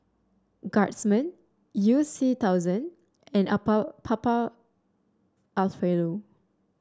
Guardsman You C thousand and Papa Alfredo